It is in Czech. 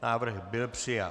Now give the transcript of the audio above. Návrh byl přijat.